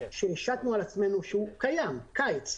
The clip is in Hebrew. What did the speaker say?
שהשתנו על עצמנו שהוא קיים, קיץ,